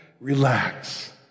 relax